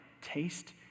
taste